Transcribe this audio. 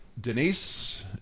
Denise